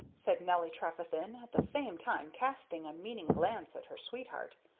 said nelly trefethen, at the same time casting a meaning glance at her sweetheart,